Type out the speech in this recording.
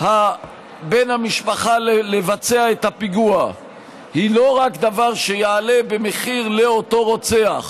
בן המשפחה לבצע את הפיגוע היא לא דבר שיעלה במחיר רק לאותו רוצח